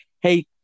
Hey